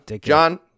John